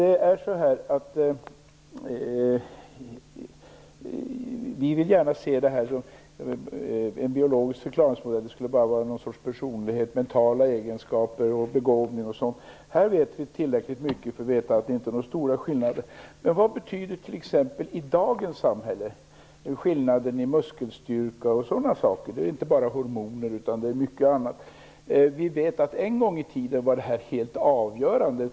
En biologisk förklaringsmodell skulle röra sig bara om någon sorts beskrivning av personlighet, mentala egenskaper, begåvning och sådant. Här vet vi tillräckligt mycket för att kunna säga att det är inte är fråga om några stora skillnader. Men vad betyder t.ex. i dagens samhälle skillnaden i muskelstyrka och sådana saker? Det handlar inte bara om hormoner, utan det handlar om mycket annat. Vi vet att en gång i tiden var styrkan helt avgörande.